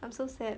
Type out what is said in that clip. I'm so sad